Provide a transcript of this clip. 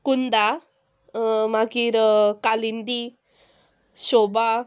कुंदा मागीर कालिंदी शोबा